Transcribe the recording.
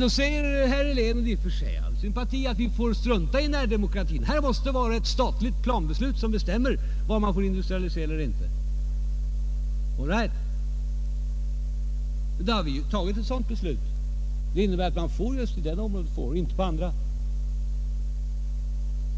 Då säger herr Helén — och det är på sätt och vis helt förklarligt — att vi får strunta i närdemokratin. Här måste ett statligt planbeslut avgöra var man får industrialisera eller inte. All right, då har vi fattat ett sådant beslut, vilket innebär att ett område får industri men inte ett annat.